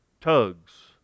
tugs